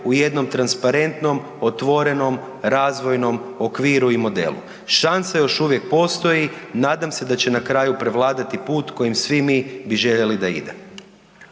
u jednom transparentnom, otvorenom, razvojnom okviru i modelu. Šansa još uvijek postoji, nadam se da će na kraju prevladati put kojim svi mi bi željeli da ide.